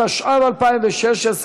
התשע"ו 2016,